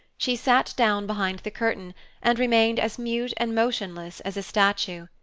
she sat down behind the curtain and remained as mute and motionless as a statue.